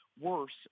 worse